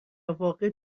واقع